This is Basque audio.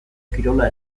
kirola